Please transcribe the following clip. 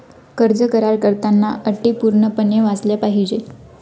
कर्ज करार करताना अटी पूर्णपणे वाचल्या पाहिजे